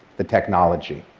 the technology.